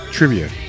Trivia